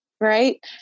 Right